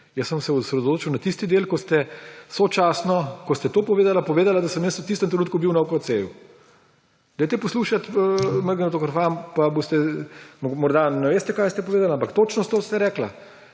Jaz sem se osredotočil na tisti del, ko ste sočasno, ko ste to povedali, povedali, da sem jaz v tistem trenutku bil na OKC. Dajte poslušati magnetogram, morda ne veste, kaj ste povedali, ampak točno to ste rekli.